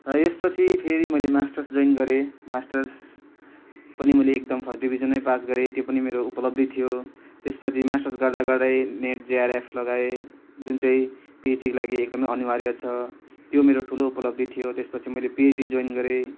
र यस पछि फेरि मैले मास्टर्स जोइन गरेँ मास्टर्स पनि मैले एकदम फर्स्ट डिभिजन नै पास गरेँ त्यो पनि मेरो उपलब्धि थियो त्यस पछि मास्टर्स गर्दा गर्दै नेट जेआरएफ लगाएँ जुन चाहिँ पिएचडीको लागि एकदम अनिवार्य छ त्यो मेरो ठुलो उपलब्धि थियो त्यस पछि मैले पिएचडी जोइन गरेँ